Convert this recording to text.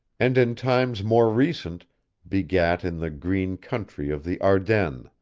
and in times more recent begat in the green country of the ardennes,